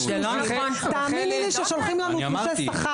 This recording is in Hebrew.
תאמינו לי ששולחים לנו תלושי שכר,